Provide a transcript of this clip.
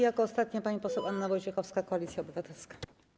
Jako ostatnia pani poseł Anna Wojciechowska, Koalicja Obywatelska.